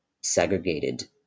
segregated